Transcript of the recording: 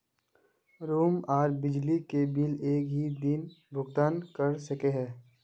Room आर बिजली के बिल एक हि दिन भुगतान कर सके है?